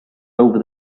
over